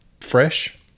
fresh